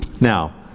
Now